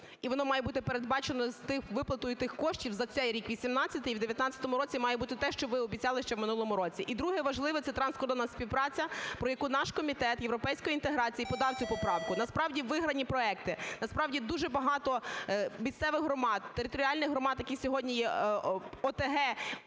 і воно має бути передбачено з виплатою тих коштів за цей рік, 18-й, і в 19-у році має бути те, що ви обіцяли ще в минулому році. І друге важливе – це транскордонна співпраця, про яку наш Комітет європейської інтеграції подав цю поправку. Насправді виграні проекти, насправді дуже багато місцевих громад, територіальних громад, які сьогодні є ОТГ